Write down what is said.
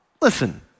listen